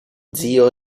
zio